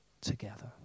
Together